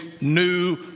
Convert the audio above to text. new